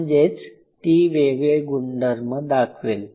म्हणजेच ती वेगळे गुणधर्म दाखवेल